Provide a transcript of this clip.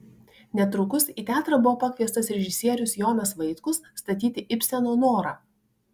netrukus į teatrą buvo pakviestas režisierius jonas vaitkus statyti ibseno norą